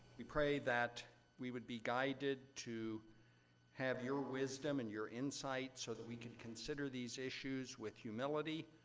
we pray that we would be guided to have your wisdom and your insight, so that we can consider these issues with humility,